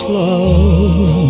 love